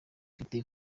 ifite